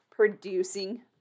producing